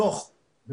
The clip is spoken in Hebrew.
לצערי הרב,